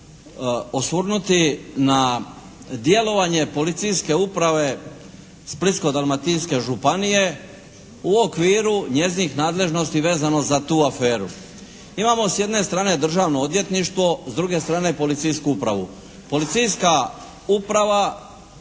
osvrnuti na djelovanje Policijske uprave Splitsko-dalmatinske županije u okviru njezinih nadležnosti vezano za tu aferu. Imamo s jedne strane Državno odvjetništvo, s druge strane policijsku upravu.